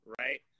right